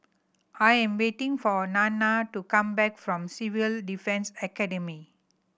I am waiting for Nanna to come back from Civil Defence Academy